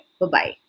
Bye-bye